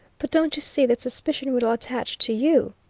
but don't you see that suspicion will attach to you?